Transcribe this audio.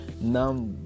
Now